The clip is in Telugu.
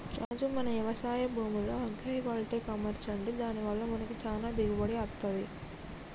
రాజు మన యవశాయ భూమిలో అగ్రైవల్టెక్ అమర్చండి దాని వల్ల మనకి చానా దిగుబడి అత్తంది